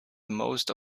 most